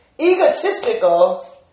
egotistical